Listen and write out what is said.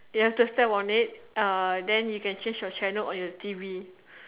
you have to step on it uh then you can change your channel on T_V